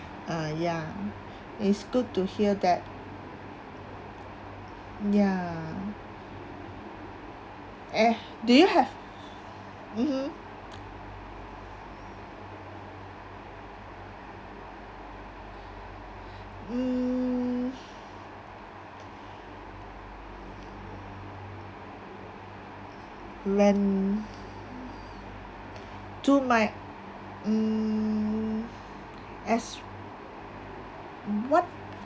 uh ya it's good to hear that ya eh do you have mmhmm mm when to my mm as what